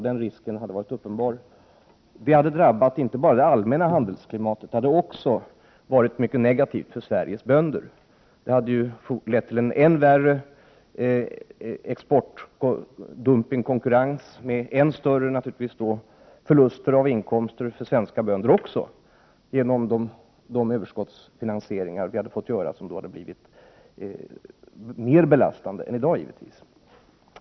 Det hade inte bara drabbat det allmänna handelsklimatet utan hade också varit mycket negativt för Sveriges bönder. Det hade lett till en än värre exportdumpningskonkurrens med än större förluster av inkomster för svenska bönder, genom de överskottsfinansieringar som då hade måst göras och som blivit mer belastande än i dag.